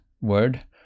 word